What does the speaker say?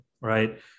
right